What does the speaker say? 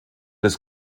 des